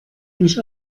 mich